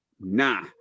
Nah